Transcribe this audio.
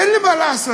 אין לי מה לעשות,